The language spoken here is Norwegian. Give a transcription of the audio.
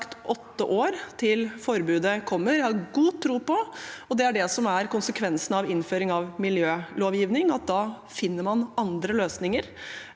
åtte år til forbudet kommer. Jeg har god tro på – og det er det som er konsekvensene av innføring av miljølovgivning – at man finner andre løsninger.